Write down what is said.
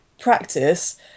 practice